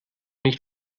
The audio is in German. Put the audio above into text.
nicht